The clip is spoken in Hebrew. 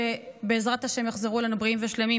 שבעזרת השם יחזרו אלינו בריאים ושלמים.